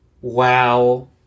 Wow